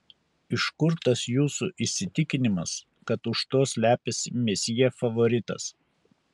iš kur tas jūsų įsitikinimas kad už to slepiasi mesjė favoritas